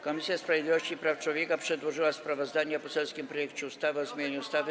Komisja Sprawiedliwości i Praw Człowieka przedłoży sprawozdanie o poselskim projekcie ustawy o zmianie ustawy.